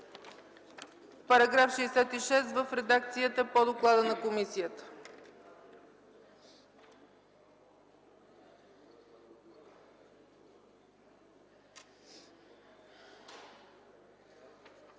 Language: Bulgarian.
§ 66 в редакцията по доклада на комисията.